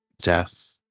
death